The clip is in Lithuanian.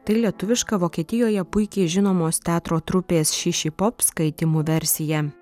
tai lietuviška vokietijoje puikiai žinomos teatro trupės šišipop skaitymų versija